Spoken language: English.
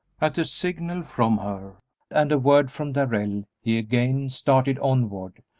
at a signal from her and a word from darrell he again started onward,